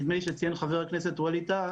נדמה לי שציין את זה חבר הכנסת ווליד טאהא,